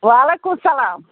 وعلیکُم سَلام